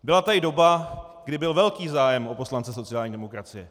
Byla tady doba, kdy byl velký zájem o poslance sociální demokracie.